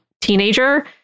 teenager